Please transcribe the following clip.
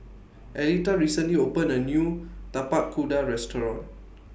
Aleta recently opened A New Tapak Kuda Restaurant